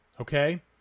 okay